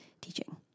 teaching